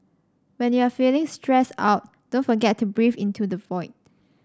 when you are feeling stressed out don't forget to breathe into the void